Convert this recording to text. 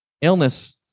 Illness